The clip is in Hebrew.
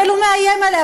אבל הוא מאיים עליה,